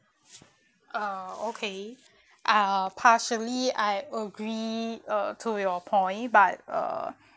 uh okay uh partially I agree uh to your point but uh